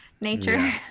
nature